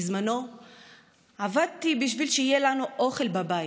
בזמנו עבדתי בשביל שיהיה לנו אוכל בבית,